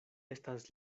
estas